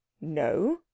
No